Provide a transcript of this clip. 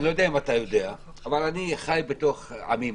אני לא יודע אם אתה יודע אבל אני חי בתוך עמי,